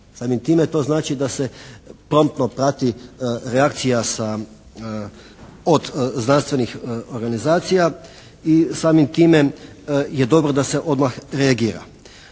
Samim time to znači da se promptno prati reakcija sa, od znanstvenih organizacija. I samim time je dobro da se odmah reagira.